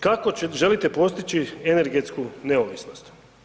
Kako želite postići energetsku neovisnost?